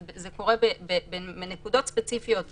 זה קורה בנקודות ספציפיות בחוק,